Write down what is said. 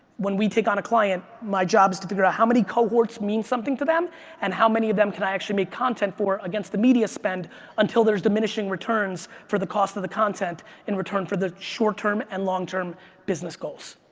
when we take on a client, my job is to figure out how many cohorts mean something to them and how many of them can i actually make content for against the media spend until there's diminishing returns for the cost of the content in return for the short-term and long-term business goals.